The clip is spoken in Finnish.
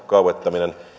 kaavoittaminen